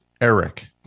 Eric